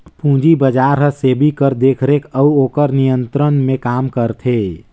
पूंजी बजार हर सेबी कर देखरेख अउ ओकर नियंत्रन में काम करथे